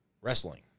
wrestling